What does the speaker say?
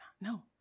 No